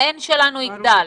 ה-N שלנו יגדל.